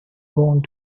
going